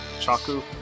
Chaku